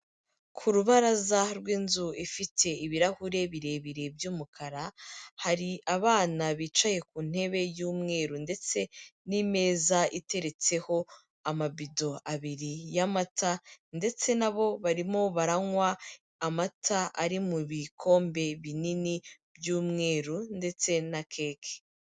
Ku rubaraza rw'inzu ifite ibirahure birebire by'umukara, hari abana bicaye ku ntebe y'umweru ndetse n'imeza iteretseho amabido abiri y'amata ndetse na bo barimo baranywa amata ari mu bikombe binini by'umweru ndetse na keke.